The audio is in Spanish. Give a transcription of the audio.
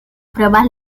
pruebas